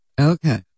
Okay